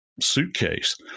suitcase